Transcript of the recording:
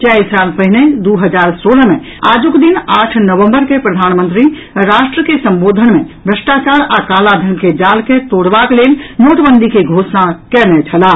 चारि साल पहिने दू हजार सोलह मे आजुक दिन आठ नवम्बर के प्रधानमंत्री राष्ट्र के संबोधन मे भ्रष्टाचार आ कालाधन के जाल के तोड़बाक लेल नोटबंदी के घोषणा कयने छलाह